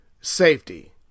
safety